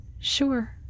Sure